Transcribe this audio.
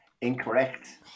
Incorrect